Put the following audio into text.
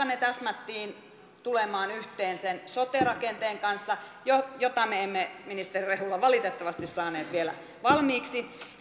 ne täsmättiin tulemaan yhteen sen sote rakenteen kanssa jota me emme ministeri rehula valitettavasti saaneet vielä valmiiksi